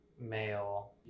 male